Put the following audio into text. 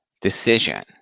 decision